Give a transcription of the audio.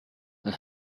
and